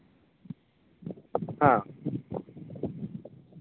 ᱦᱮᱸ